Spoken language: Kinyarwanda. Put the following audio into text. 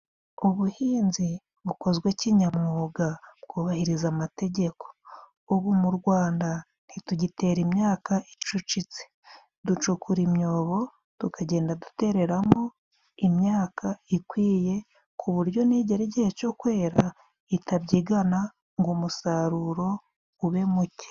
Ubuhinzi bukozwe kinyamwuga bwubahiriza amategeko. Ubu mu Rwanda ntitugitera imyaka icucitse. Ducukura imyobo tukagenda dutereramo imyaka ikwiye, ku buryo nigera igihe cyo kwera itabyigana ngo umusaruro ube muke.